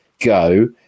go